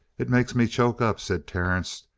it makes me choke up, said terence,